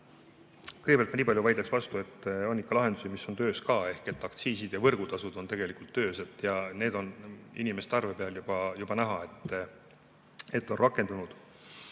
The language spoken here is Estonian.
Kõigepealt ma nii palju vaidleks vastu, et on ikka lahendusi, mis on töös. Aktsiisid ja võrgutasud on tegelikult töös ja see on inimeste arvete peal juba näha, et need on rakendunud.